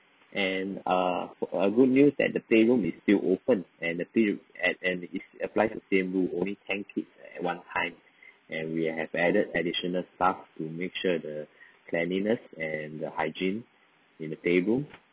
and err uh good news that the playroom is still open and the at and it's applies the same rule only ten kids at one time and we have added additional staff to make sure the cleanliness and the hygiene in the playroom